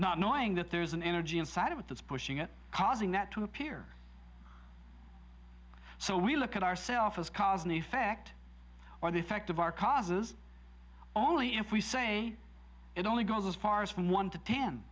not knowing that there's an energy inside of it that's pushing it causing that to appear so we look at ourself as cause and effect or the effect of our causes only if we say it only goes as far as from one to ten